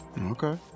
okay